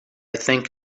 think